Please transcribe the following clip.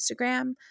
Instagram